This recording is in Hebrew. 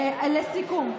סיכום.